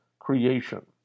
creation